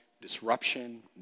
disruption